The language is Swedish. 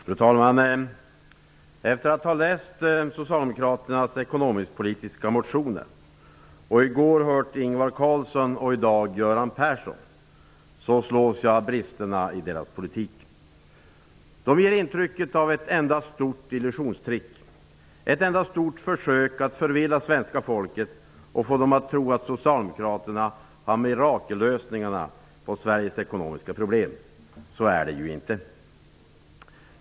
Fru talman! Efter att ha läst Socialdemokraternas ekonomisk-politiska motioner och efter att i går ha hört Ingvar Carlsson och i dag Göran Persson, så slås jag av bristerna i deras politik. Den ger intrycket av ett enda stort illusionstrick, ett enda stort försök att förvilla svenska folket och få dem att tro att Socialdemokraterna har mirakellösningarna på Sveriges ekonomiska problem. Så är det ju inte.